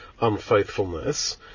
unfaithfulness